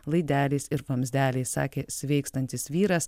laideliais ir vamzdeliai sakė sveikstantis vyras